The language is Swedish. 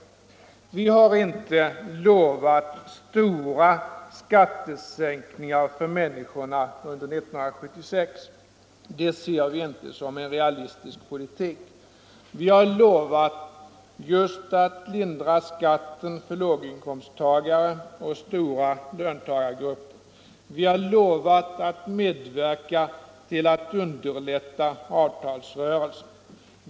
Vi har inte lovat stora skattesänkningar för alla människor under 1976. Det ser vi inte som en realistisk politik. Vi har lovat just att lindra skatten för låginkomsttagare och för stora löntagargrupper. Vi har lovat att medverka till att underlätta avtalsrörelsen.